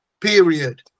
period